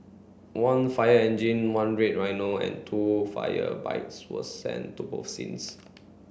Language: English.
one fire engine one red rhino and two fire bikes were sent to both scenes